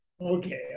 Okay